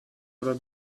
oder